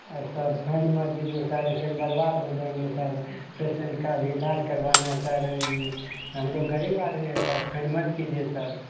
ए sir fine मत दीजिए sir ऐसे में बर्बाद हो जाएंगे सर पेशेंट का भी इलाज करवाना है सर हमलोग गरीब आदमी है सर फाइन मत कीजिए सर